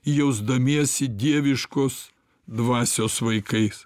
jausdamiesi dieviškos dvasios vaikais